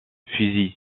fusil